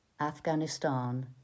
Afghanistan